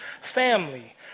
family